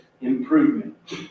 improvement